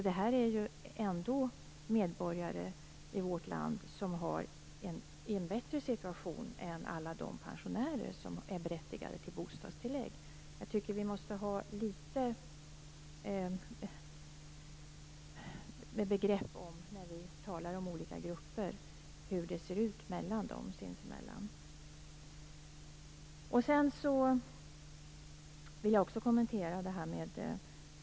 Det rör sig alltså om medborgare i vårt land som har en bättre situation än alla de pensionärer som är berättigade till bostadstillägg. Vi måste ha litet ordning på begreppen när vi talar om olika grupper och hur förhållandet ser ut mellan dem.